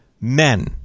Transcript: men